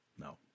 No